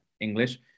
English